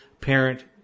parent